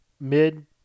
mid